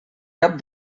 cap